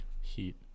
heat